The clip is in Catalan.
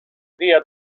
dia